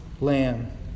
lamb